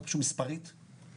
שם זה